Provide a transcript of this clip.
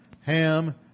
Ham